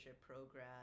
program